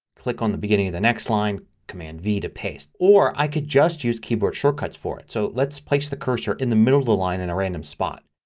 click on the beginning of the next line and command b to paste. or i could just user keyboard shortcuts for it. so let's place the cursor in the middle of the line in a random spot.